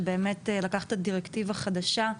שבאמת לקחת דירקטיבה חדשה,